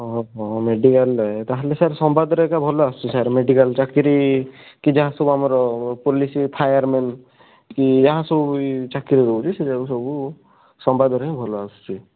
ଅହୋ ମେଡ଼ିକାଲରେ ତାହେଲେ ସାର୍ ସମ୍ବାଦରେ ଏକା ଭଲ ଆସୁଛି ସାର୍ ମେଡ଼ିକାଲ ଚାକିରି କି ଯାହାସବୁ ଆମର ପୋଲିସି ଫାୟାରମେନ କି ଯାହାସବୁ ବି ଚାକିରି ରହୁଛି ସେଯାକ ସବୁ ସମ୍ବାଦରେ ହିଁ ଭଲ ଆସୁଛି